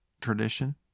tradition